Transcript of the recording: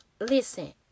listen